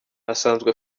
asanzwe